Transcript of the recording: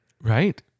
Right